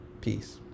Peace